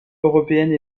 européenne